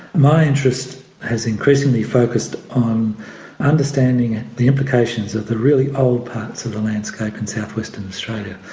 my interest has increasingly focused on understanding the implications of the really old parts of the landscape in south-western australia.